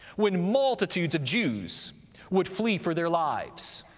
when multitudes of jews would flee for their lives.